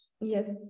Yes